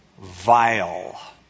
Vile